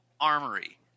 Armory